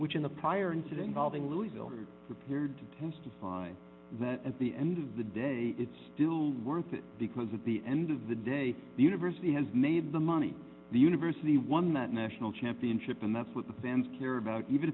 which in the prior incident involving louisville prepared to testify that at the end of the day it's still worth it because at the end of the day the university has made the money the university won that national championship and that's what the fans care about even